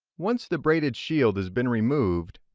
once the braided shield has been removed,